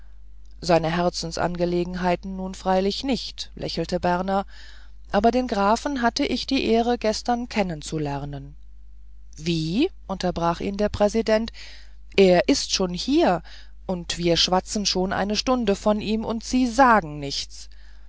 seine herzensangelegenheiten nun freilich nicht lächelte berner aber den grafen hatte ich die ehre gestern kennen zu lernen wie unterbrach ihn der präsident er ist schon hier und wir schwatzen schon eine stunde von ihm und sie sagen nichts fräulein